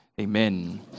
Amen